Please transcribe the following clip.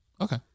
Okay